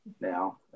Now